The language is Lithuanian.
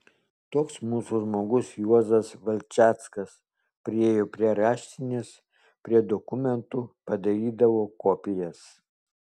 toks mūsų žmogus juozas valčackas priėjo prie raštinės prie dokumentų padarydavo kopijas